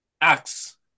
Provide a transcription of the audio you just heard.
Acts